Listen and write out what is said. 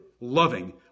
loving